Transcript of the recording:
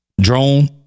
drone